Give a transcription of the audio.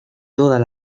todas